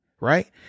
Right